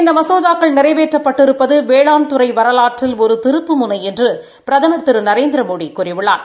இந்த மசோதாக்கள் நிறைவேற்றப்பட்டிருப்பது வேளாண்துறை வரவாற்றில் ஒரு திருப்புமுனை என்று பிரதமர் திரு நநேர்திரமோடி கூறியுள்ளார்